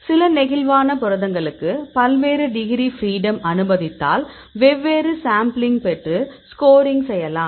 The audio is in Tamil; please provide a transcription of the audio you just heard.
சில நெகிழ்வான புரதங்களுக்கு பல்வேறு டிகிரி ஃப்ரீடம் அனுமதித்தால் வெவ்வேறு சாம்பிளிங்க் பெற்று ஸ்கோரிங் செய்யலாம்